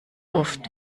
oft